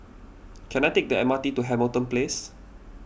can I take the M R T to Hamilton Place